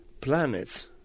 planets